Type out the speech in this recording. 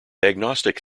agnostic